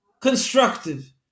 constructive